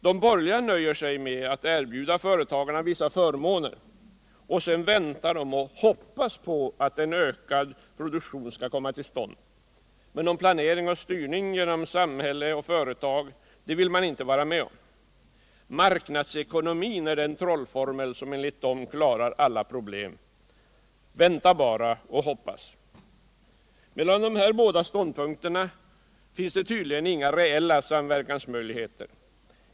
De borgerliga nöjer sig med att erbjuda företagarna vissa förmåner, och sedan väntar de och hoppas på att en ökad produktion skall komma till stånd. Men någon planering och styrning genom samhälle och företag vill man inte vara med om. Marknadsekonomin är den trollformel som enligt de borgerliga klarar alla problem. Vänta bara och hoppas! Mellan de här båda ståndpunkterna finns det tydligen inga reella samverkansmöjligheter.